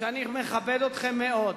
ואני מכבד אתכם מאוד: